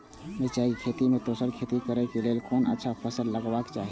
मिरचाई के खेती मे दोसर खेती करे क लेल कोन अच्छा फसल लगवाक चाहिँ?